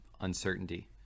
uncertainty